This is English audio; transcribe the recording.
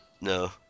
no